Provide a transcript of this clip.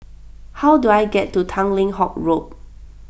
how do I get to Tanglin Halt Road